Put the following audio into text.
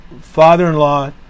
father-in-law